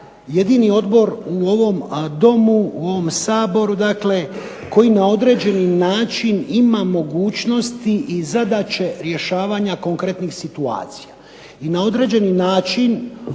jedini odbor u ovom Domu, u ovom Saboru dakle koji na određeni način ima mogućnosti i zadaće rješavanja konkretnih situacija. I na određeni način